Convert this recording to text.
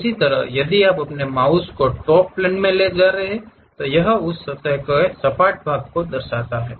इसी तरह यदि आप अपने माउस को टॉप प्लेन में ले जा रहे हैं तो यह उस सतह के सपाट भाग को दर्शाता है